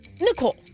Nicole